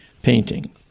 painting